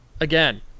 Again